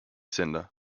centre